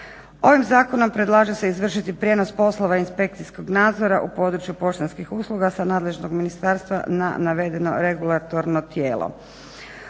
Ovim zakonom predlaže se izvršiti prijenos poslova inspekcijskog nadzora u području poštanskih usluga sa nadležnog ministarstva na navedeno regulatorno tijelo.